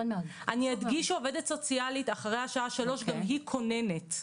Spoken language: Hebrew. אני אדגיש שהעובדת הסוציאלית אחרי השעה 15:00 גם היא כוננית.